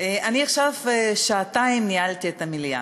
ניהלתי עכשיו את המליאה